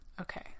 Okay